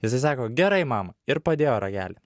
jisai sako gerai mama ir padėjo ragelį